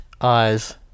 eyes